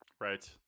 Right